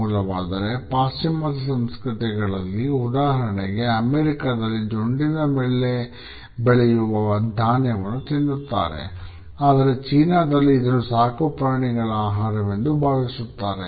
ಮತ್ತೊಂದು ಆಶ್ಚರ್ಯಕರ ಅಂಶವೆಂದರೆ ಪಾಶ್ಚಿಮಾತ್ಯ ಸಂಸ್ಕೃತಿಗಳಲ್ಲಿ ಉದಾಹರಣೆಗೆ ಅಮೆರಿಕದಲ್ಲಿ ಜೊಂಡಿನ ಮೇಲೆ ಬೆಳೆಯುವ ಧಾನ್ಯವನ್ನು ತಿನ್ನುತ್ತಾರೆ ಆದರೆ ಚೀನಾದಲ್ಲಿ ಇದನ್ನು ಸಾಕುಪ್ರಾಣಿಗಳ ಆಹಾರವೆಂದು ಭಾವಿಸುತ್ತಾರೆ